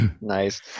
Nice